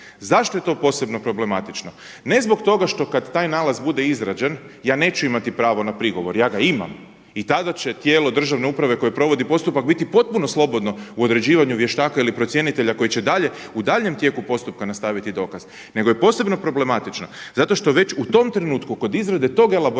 Zašto je to posebno problematično? Ne zbog toga kada taj nalaz bude izrađen, ja neću imati pravo na prigovor, ja ga imam i tada će tijelo državne uprave koje provodi postupak biti potpuno slobodno u određivanju vještaka ili procjenitelja koji će dalje u daljnjem tijeku postupka nastaviti dokaz nego je posebno problematično zato što već u tom trenutku kod izrade tog elaborata